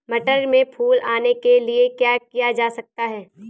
मटर में फूल आने के लिए क्या किया जा सकता है?